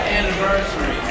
anniversary